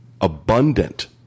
abundant